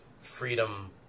freedom